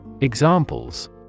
Examples